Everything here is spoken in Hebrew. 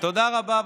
תודה רבה.